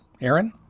Aaron